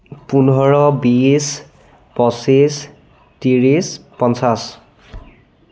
পোন্ধৰ বিশ পঁচিছ ত্ৰিছ পঞ্চাছ